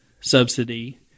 subsidy